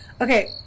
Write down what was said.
Okay